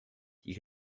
you